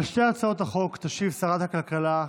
על שתי הצעות החוק תשיב שרת הכלכלה,